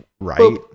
right